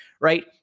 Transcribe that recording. right